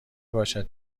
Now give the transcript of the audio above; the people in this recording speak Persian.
باشد